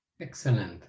Excellent